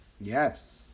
yes